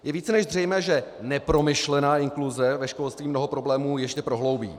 Je více než zřejmé, že nepromyšlená inkluze ve škole mnoho problémů ještě prohloubí.